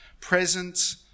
Present